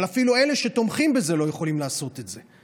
אבל אפילו אלה שתומכים בזה לא יכולים לעשות את זה.